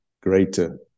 greater